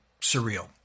surreal